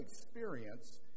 experience